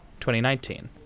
2019